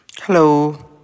Hello